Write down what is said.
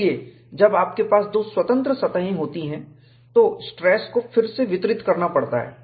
इसलिए जब आपके पास दो स्वतंत्र सतहें होती हैं तो स्ट्रेस को फिर से वितरित करना पड़ता है